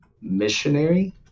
missionary